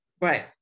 Right